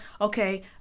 okay